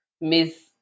Miss